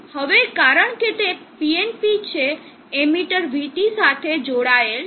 હવે કારણ કે તે PNP છે એમીટર vT સાથે જોડાયેલ છે